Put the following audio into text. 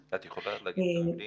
מאמצים?